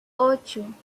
ocho